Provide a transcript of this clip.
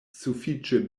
sufiĉe